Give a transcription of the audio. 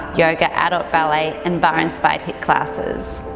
yoga, adult ballet and barre inspired hiit classes.